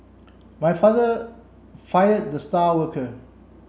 my father fired the star worker